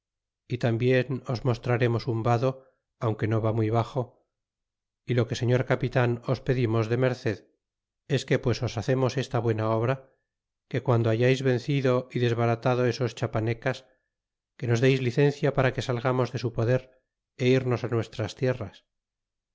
y tambien os mostraremos un vado aunque no vi muy baxo y lo que señor capitan os pedimos de merced es que pues os hacemos esta buena obra que guando hayais vencido y desbaratado estos chiapánecas que nos deis licencia para que salgamos de su poder é irnos a nuestras tierras